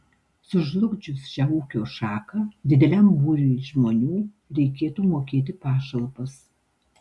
sužlugdžius šią ūkio šaką dideliam būriui žmonių reikėtų mokėti pašalpas